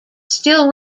still